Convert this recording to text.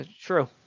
True